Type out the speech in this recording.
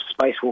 Spacewalk